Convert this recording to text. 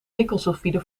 nikkelsulfide